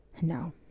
No